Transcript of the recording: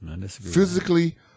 physically